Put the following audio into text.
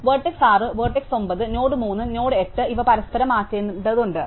അതിനാൽ vertex 6 vertex 9 node 3 node 8 ഇവ പരസ്പരം മാറ്റേണ്ടതുണ്ട്